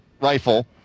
Rifle